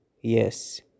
Yes